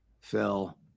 phil